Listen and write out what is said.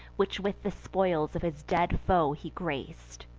which with the spoils of his dead foe he grac'd.